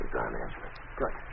Good